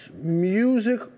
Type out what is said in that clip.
music